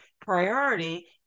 priority